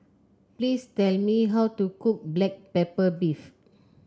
please tell me how to cook Black Pepper Beef